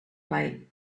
light